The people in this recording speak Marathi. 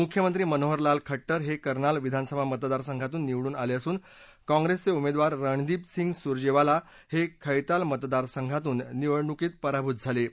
मुख्यमंत्री मनोहरलाल खड्टर हे करनाल विधानसभा मतदारसंघातून निवडून आले असून काँप्रेसचे उमेदवार रणदीप सिंग सुरजेवाल हे खैताल मतदारसंघातून निवडणूक हरले आहेत